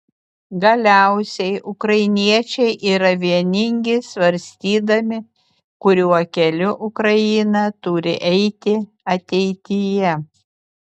galiausiai ukrainiečiai yra vieningi svarstydami kuriuo keliu ukraina turi eiti ateityje